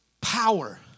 power